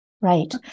Right